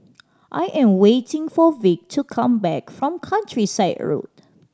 I am waiting for Vic to come back from Countryside Road